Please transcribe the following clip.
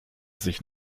sich